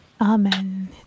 Amen